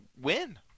win